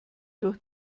durch